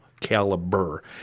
Caliber